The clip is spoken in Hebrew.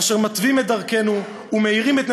אשר מתווים את דרכנו ומאירים את נתיבותינו,